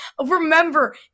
remember